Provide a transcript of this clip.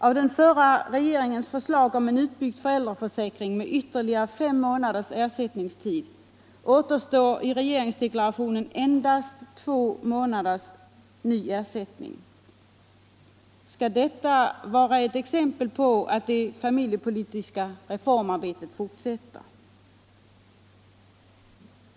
Av den förra regeringens förslag om en med ytterligare fem månaders ersältningstid utbyggd föräldraförsäkring återstår i regeringsdeklarationen endast två månaders ny ersättningstid. Skall detta vara ett exempel på att det familjepolitiska reformarbetet fortsätter?